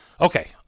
okay